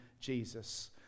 Jesus